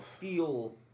feel